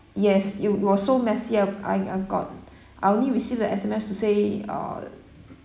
yes it wa~ it was so messy I I got I only received a S_M_S to say uh